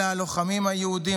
אלא הלוחמים היהודים,